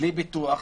בלי ביטוח,